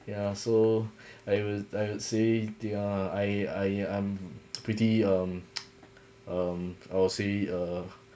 ya so I would I would say they are I I I'm pretty um um I would say uh